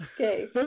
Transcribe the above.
Okay